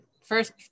first